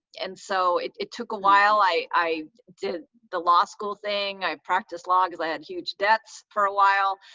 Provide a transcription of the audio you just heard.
and so, it took a while. i i did the law school thing i practiced law cause i had huge debts for a while.